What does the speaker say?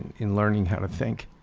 in learning how to think,